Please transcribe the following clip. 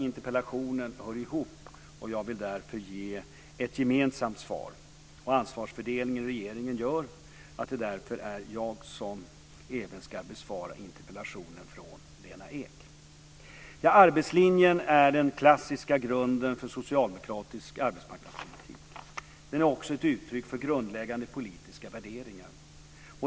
Interpellationerna hör ihop, och jag vill därför ge ett gemensamt svar. Ansvarsfördelningen i regeringen gör att det därför är jag som även ska besvara interpellationen från Lena Ek. Arbetslinjen är den klassiska grunden för socialdemokratisk arbetsmarknadspolitik. Den är också ett uttryck för grundläggande politiska värderingar.